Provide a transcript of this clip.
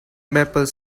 maple